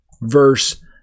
Verse